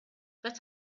but